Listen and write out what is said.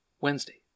Wednesday